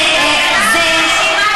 את מתחבקת עם טרוריסטים.